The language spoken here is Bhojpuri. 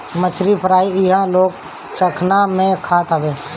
मछरी फ्राई इहां लोग चखना में खात हवे